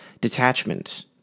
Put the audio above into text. Detachment